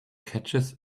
catches